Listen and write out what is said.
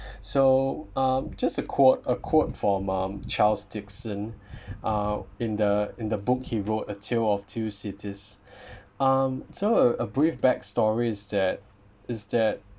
so um just a quote a quote from uh charles dickens uh in the in the book he wrote a tale of two cities um so a brief backstory is that is that